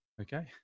okay